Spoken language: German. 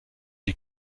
die